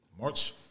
March